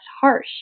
harsh